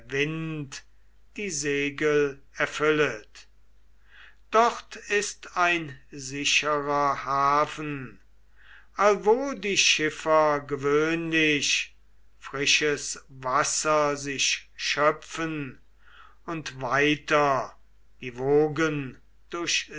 wind die segel erfüllet dort ist ein sicherer hafen allwo die schiffer gewöhnlich frisches wasser sich schöpfen und weiter die wogen durchsegeln